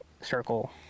circle